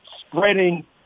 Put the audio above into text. spreading